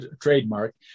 trademark